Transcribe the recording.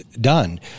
done